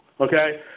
okay